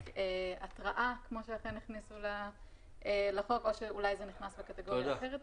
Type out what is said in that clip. תכנית בטיחות ניתנת למתקני גז טעוני